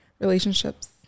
relationships